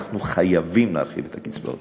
אנחנו חייבים להרחיב את הקצבאות.